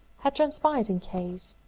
had transpired in caves!